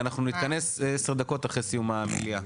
כי אנחנו נתכנס 10 דקות אחרי סיום המליאה,